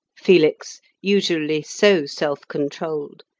felix, usually so self-controlled,